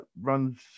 runs